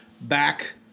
back